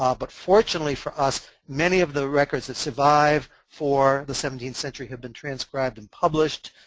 um but fortunately for us, many of the records that survive for the seventeenth century have been transcribed and published.